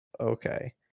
Okay